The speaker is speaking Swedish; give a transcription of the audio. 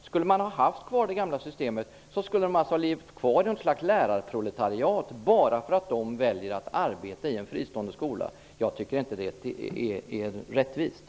Om man hade behållit det gamla systemet skulle de ha levt kvar i ett slags lärarproletariat, bara därför att de arbetar i fristående skolor. Det är inte rättvist.